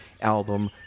album